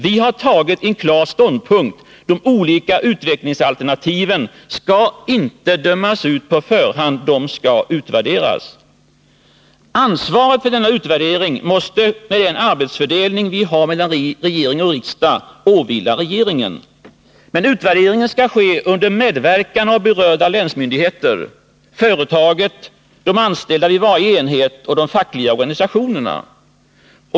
Vi har intagit en klar ståndpunkt: de olika utvecklingsalternativen skall inte dömas ut på förhand. De skall utvärderas. Ansvaret för utvärderingen måste med den arbetsfördelning vi har mellan riksdag och regering åvila regeringen. Men utvärderingen skall ske under medverkan av berörda länsmyndigheter, företaget, de anställda vid varje enhet och de fackliga organisationerna.